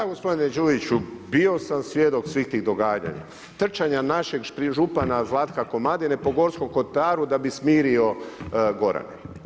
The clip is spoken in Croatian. Da gospodine Đujiću bio sam svjedok svih tih događanja, trčanja našeg župana Zlatka Komadine po Gorskom Kotaru da bi smirio Gorane.